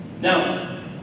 Now